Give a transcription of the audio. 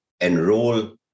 enroll